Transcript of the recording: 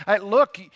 Look